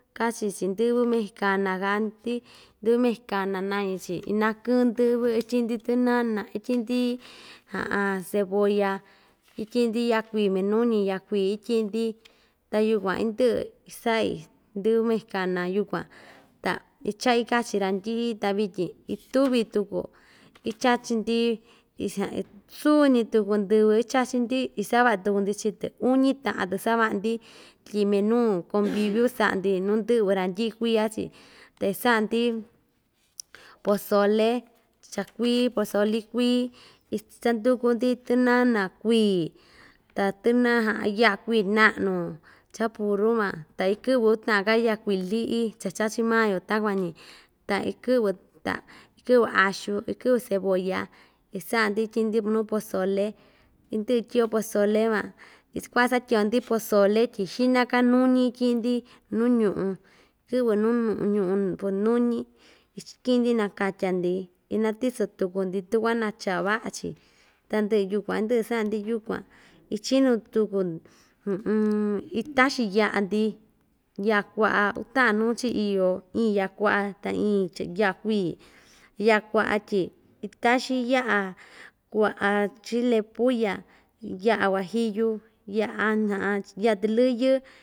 Kachi‑chi ndɨ́vɨ mexicana ka'an‑ndi ndɨ́vɨ mexicana nañi‑chi inakɨn ndɨ́vɨ ityi'i‑ndi tɨnana ityi'i‑ndi cebolla ityi'i‑ndi ya'a kuii minuñi ya'a kuii ityi'i‑ndi ta yukuan indɨ'ɨ isa'i ndɨ́vɨ mexicana yukua ta icha'i kachi randyi'i ta vityin ituvi tuku ichachi‑ndi suñi tuku ndɨvɨ ichachi‑ndi isava'a tuku‑ndi chii‑tɨ uñi ta'an‑tɨ sava'a‑ndi tyi minu conviviu sa'a‑ndi nu ndɨ'vɨ randyi'i kuiya‑chi ta isa'a‑ndi pozole cha kuii pozoli kuii ichanduku‑ndi tɨnana kuii ta tɨna ya'a kuii na'nu cha puru van ta ikɨ'vɨ uta'an‑ka ya'a kuii li'i cha chachi maa‑yo takuan‑ñi ta ikɨ'vɨ ta ikɨ'vɨ axu ikɨ'vɨ cebolla isa'a‑ndi ityi'i‑ndi nuu pozole indɨ'ɨ tyi'yo pozole van kuasatyi'yo‑ndi pozole tyi xina‑ka nuñi iki'in‑ndi nu ñu'u kɨ'vɨ nuu nuñi ichiki'in‑ndi nakatya‑ndi inatiso tuku‑ndi tukua na cha va'a‑chi tandɨ'ɨ yukuan indɨ'ɨ sa'a‑ndi yukuan ichinu tuku itaxin ya'a‑ndi ya'a kua'a uta'an nuu‑chi iyo iin ya'a kua'a ta iin ch ya'a kuii ya'a kua'a tyi kaxin ya'a kua'a chile pulla ya'a huajillu ya'a ya'a tɨlɨyɨ.